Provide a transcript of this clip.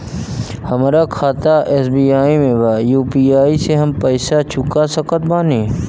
हमारा खाता एस.बी.आई में बा यू.पी.आई से हम पैसा चुका सकत बानी?